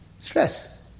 Stress